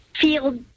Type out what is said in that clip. feel